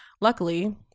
luckily